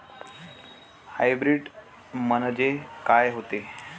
Hybrid म्हनजे का होते?